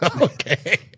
Okay